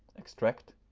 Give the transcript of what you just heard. extract,